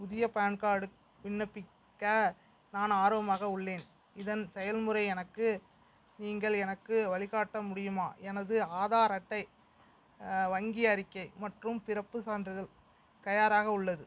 புதிய பான் கார்டுக்கு விண்ணப்பிக்க நான் ஆர்வமாக உள்ளேன் இதன் செயல்முறை எனக்கு நீங்கள் எனக்கு வழிகாட்ட முடியுமா எனது ஆதார் அட்டை வங்கி அறிக்கை மற்றும் பிறப்புச் சான்றிதழ் தயாராக உள்ளது